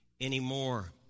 anymore